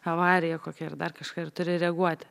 avarija kokia ar dar kažka ir turi reaguoti